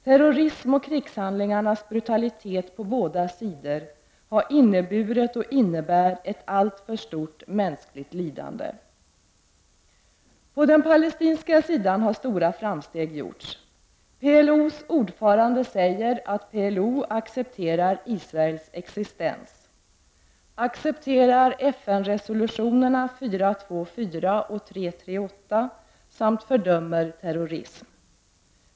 Terrorismen och krigshandlingarnas brutalitet på båda sidor har inneburit och innebär ett alltför stort mänskligt lidande. På den palestinska sidan har stora framsteg gjorts. PLO:s ordförande säger att PLO accepterar Israels existens, accepterar FN-resolutionerna 424 och 338 samt fördömer terrorism.